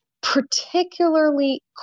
particularly